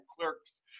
clerks